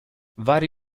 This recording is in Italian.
vari